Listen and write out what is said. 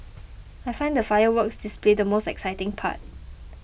I find the fireworks display the most exciting part